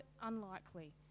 unlikely